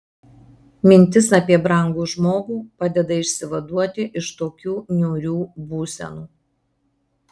mintis apie brangų žmogų padeda išsivaduoti iš tokių niūrių būsenų